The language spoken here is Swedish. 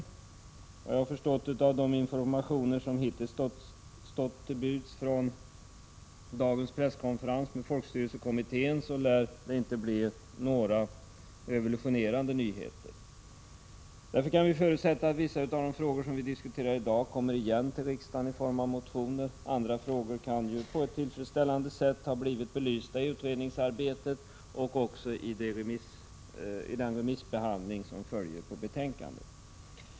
Efter vad jag har förstått av de informationer som hittills stått till buds och av dem som lämnats vid dagens presskonferens med folkstyrelsekommittén lär det inte bli några revolutionerande nyheter. Det kan därför förutsättas att vissa av de frågor som vi diskuterar i dag kommer igen till riksdagen i form av motioner. Andra frågor kan ju på ett tillfredsställande sätt ha blivit belysta i utredningsarbetet och i den remissbehandling som följer på betänkandet.